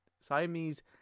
Siamese